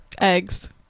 Eggs